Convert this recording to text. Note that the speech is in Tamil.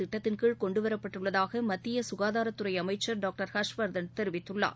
திட்டத்தின்கீழ் கொண்டுவரப்பட்டுள்ளதாக மத்திய சுகாதாரத்துறை அமைச்சர் டாக்டர் ஹர்ஷ் வர்தன் தெரிவித்துள்ளார்